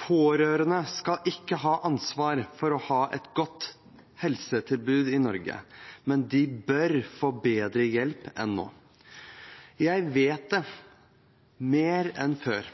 Pårørende skal ikke ha ansvar for at Norge skal ha et godt helsetilbud, men de bør få bedre hjelp enn nå. Jeg vet det, mer enn før,